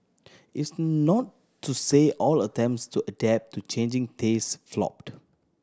it's not to say all attempts to adapt to changing taste flopped